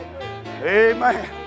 Amen